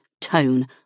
tone